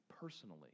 personally